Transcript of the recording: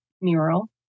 mural